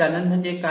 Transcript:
channel म्हणजे काय